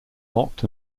mocked